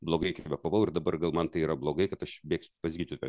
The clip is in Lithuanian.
blogai kvėpavau ir dabar gal man tai yra blogai kad aš bėgsiu pas gydytoją